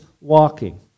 walking